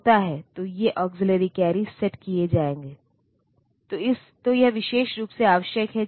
तो अगर यह 64 किलोबाइट मेमोरी तक पहुंच रहा है तो मुझे 16 एड्रेस बिट लाइन्स 216 की आवश्यकता है